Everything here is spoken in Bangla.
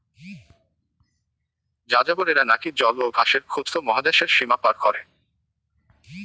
যাযাবরেরা নাকি জল ও ঘাসের খোঁজত মহাদ্যাশের সীমা পার করে